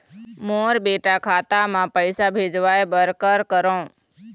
मोर बेटा खाता मा पैसा भेजवाए बर कर करों?